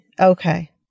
okay